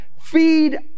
feed